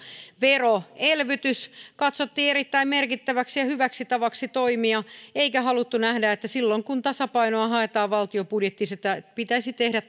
veroelvytys katsottiin erittäin merkittäväksi ja hyväksi tavaksi toimia eikä haluttu nähdä että silloin kun tasapainoa haetaan valtion budjettiin se pitäisi tehdä